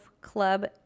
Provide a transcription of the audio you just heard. Club